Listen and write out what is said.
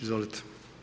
Izvolite.